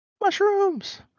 Mushrooms